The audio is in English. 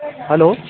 hello